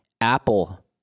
Apple